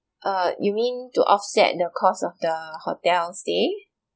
uh you mean to offset the cost of the hotel stay